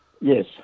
Yes